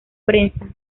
prensa